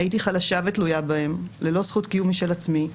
הייתי חלשה ותלויה בהם, ללא זכות קיום משל עצמי.